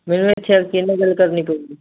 ਮੈਨੂੰ ਇੱਥੇ ਆ ਕੇ ਕਿਹਦੇ ਨਾਲ ਗੱਲ ਕਰਨੀ ਪਊਗੀ